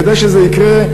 כדי שזה יקרה,